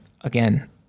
again